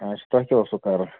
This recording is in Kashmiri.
اَچھا تۅہہِ کیٛاہ اوسوٕ کَرُن